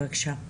בבקשה.